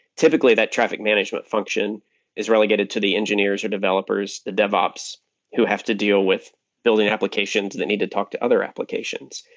typically that traffic management function is relegated to the engineers or developers, the devops who have to deal with building applications that need to talk to other applications.